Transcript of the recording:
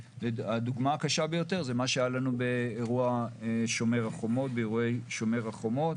הדוגמה הקשה ביותר זה מה שהיה לנו באירועי שומר החומות.